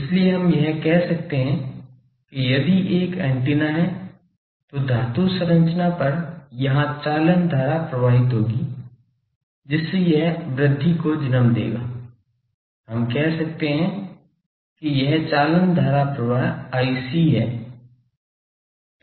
इसलिए हम यह कह सकते हैं कि यदि यह एंटीना है तो धातु संरचना पर यहाँ चालन धारा प्रवाहित होगी जिससे यह वृद्धि को जन्म देगा हम कह सकते हैं कि यह चालन धारा प्रवाह ic है